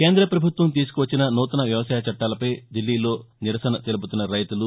కేంద్ర ప్రభుత్వం తీసుకువచ్చిన నూతన వ్యవసాయ చట్టాలపై దిల్లీలో నిరసన తెలుపుతున్న రైతులు